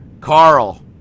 Carl